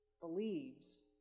believes